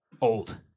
Old